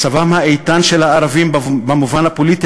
מצבם האיתן של הערבים במובן הפוליטי,